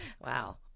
Wow